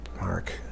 Mark